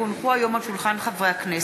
כי הונחו היום על שולחן הכנסת,